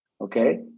Okay